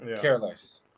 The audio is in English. careless